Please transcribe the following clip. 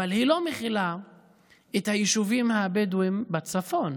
אבל היא לא מכילה את היישובים הבדואיים בצפון,